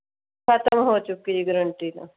ਖਤਮ ਹੋ ਚੁੱਕੀ ਜੀ ਗਰੰਟੀ ਤਾਂ